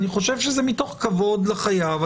אני חושב שזה מתוך כבוד לחייב.